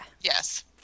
Yes